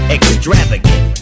Extravagant